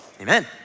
amen